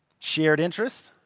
shared interest.